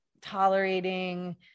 tolerating